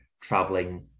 traveling